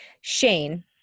Shane